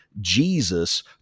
Jesus